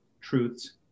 truths